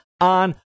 on